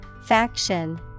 Faction